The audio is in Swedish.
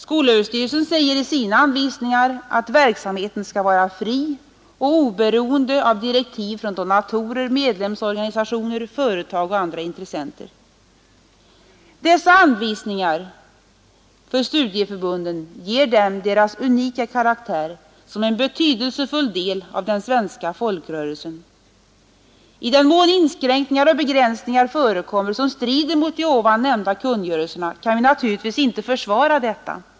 Skolöverstyrelsen säger i sina anvisningar att verksamheten skall vara fri och oberoende av direktiv från donatorer, medlemsorganisationer, företag och andra intressenter. Dessa anvisningar för studieförbunden ger dem deras unika karaktär som en betydelsefull del av de svenska folkrörelserna. I den mån inskränkningar och begränsningar förekommer som strider mot de nämnda kungörelserna kan vi naturligtvis inte försvara detta.